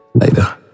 Later